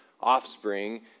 offspring